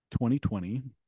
2020